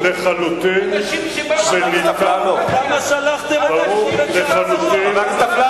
אנשים שבאו לעשות פרובוקציה, רק רע נגד המדינה.